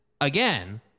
again